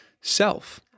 self